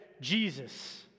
Jesus